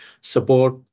support